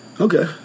Okay